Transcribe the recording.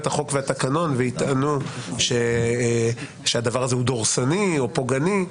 החוק והתקנון ויטענו שהדבר הזה הוא דורסני או פוגעני,